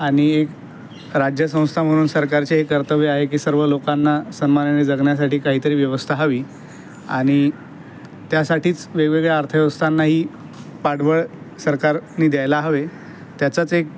आनि राज्यसंस्था म्हणून सरकारचे हे कर्तव्य आहे की सर्व लोकांना सन्मानाने जगण्यासाठी काहीतरी व्यवस्था हवी आणि त्यासाठीच वेगवेगळ्या अर्थव्यवस्थांनाही पाठबळ सरकारने द्यायला हवे त्याचाच एक